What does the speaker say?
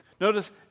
Notice